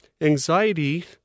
anxiety